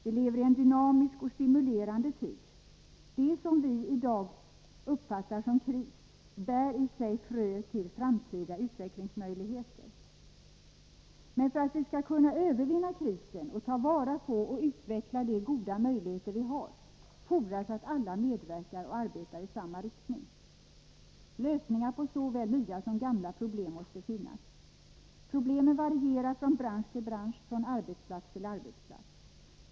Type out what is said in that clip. Vi lever i en dynamisk och stimulerande tid. Det som vi i dag uppfattar som kris bär i sig fröet till framtida utvecklingsmöjligheter. Men för att vi skall kunna övervinna krisen och ta vara på och utveckla de goda möjligheter vi har fordras att alla medverkar och arbetar i samma riktning. Lösningar på såväl nya som gamla problem måste finnas. Problemen varierar från bransch till bransch, från arbetsplats till arbetsplats.